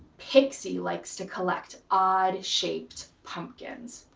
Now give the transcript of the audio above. pixie likes to collect odd shaped pumpkins.